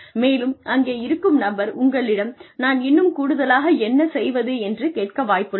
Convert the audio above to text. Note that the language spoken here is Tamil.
மேலும் அங்கே இருக்கும் நபர் உங்களிடம் நான் இன்னும் கூடுதலாக என்ன செய்வது என்று கேட்க வாய்ப்புள்ளது